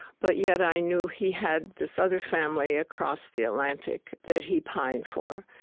but yet i knew he had this other family across the atlantic that he pined for.